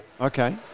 Okay